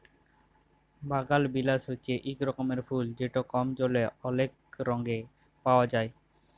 বাগালবিলাস হছে ইক রকমের ফুল যেট কম জলে অলেক রঙে পাউয়া যায়